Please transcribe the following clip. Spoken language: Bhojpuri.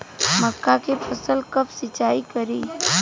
मका के फ़सल कब सिंचाई करी?